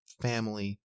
family